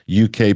UK